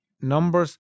numbers